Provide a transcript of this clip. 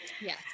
Yes